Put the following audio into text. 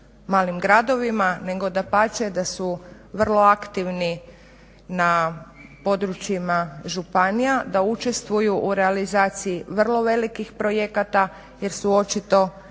malim gradovima nego dapače da su vrlo aktivni na područjima županija, da učestvuju u realizaciji vrlo velikih projekata jer su očito